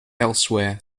elsewhere